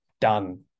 done